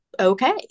okay